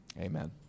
Amen